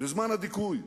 בזמן הדיכוי.